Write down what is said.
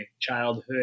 childhood